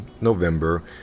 november